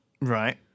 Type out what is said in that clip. Right